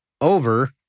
over